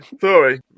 sorry